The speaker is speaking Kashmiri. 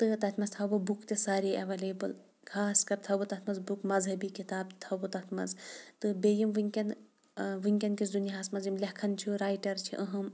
تہٕ تَتھ منٛز تھاوٕ بہٕ بُکہٕ تہِ سارے ایویلیبٕل خاص کَر تھاو بہٕ تَتھ منٛز بُک مذہبی کِتاب تھاو بہٕ تَتھ منٛز تہٕ بیٚیہِ یِم وٕنکٮ۪ن وٕنکٮ۪ن کِس دُنیاہَس منٛز یِم لیکھان چھِ رایٹَر چھِ اہَم